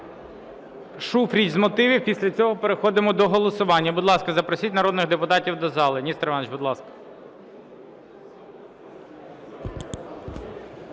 Шуфрич – з мотивів, і потім переходимо до голосування. Будь ласка, запросіть народних депутатів до залу.